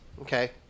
Okay